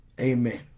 Amen